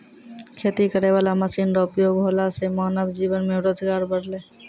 खेती करै वाला मशीन रो उपयोग होला से मानब जीवन मे रोजगार बड़लै